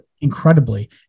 incredibly